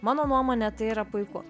mano nuomone tai yra puiku